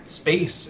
space